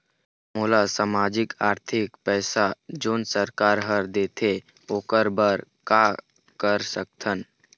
मोला सामाजिक आरथिक पैसा जोन सरकार हर देथे ओकर बर का कर सकत हो?